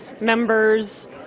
members